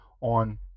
on